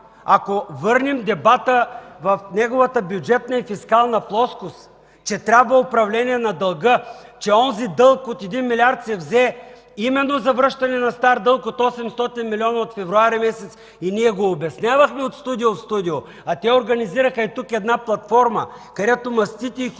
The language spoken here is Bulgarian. Ако върнем дебата в неговата бюджетна и фискална плоскост, че трябва управление на дълга, че онзи дълг от 1 милиард се взе именно за връщане на стар дълг от 800 милиона, от месец февруари и ние го обяснявахме от студио в студио, а те организираха тук една платформа, където мастити икономисти